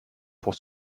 pour